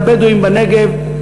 של הבדואים בנגב,